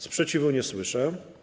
Sprzeciwu nie słyszę.